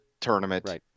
tournament